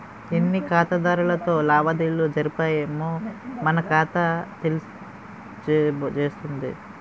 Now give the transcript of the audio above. ఎన్ని ఖాతాదారులతో లావాదేవీలు జరిపామో మన ఖాతా తెలియజేస్తుంది